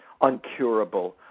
uncurable